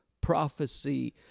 prophecy